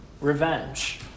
revenge